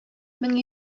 мең